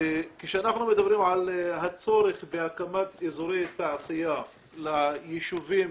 כשאנחנו מדברים על הצורך בהקמת אזורי תעשייה ליישובים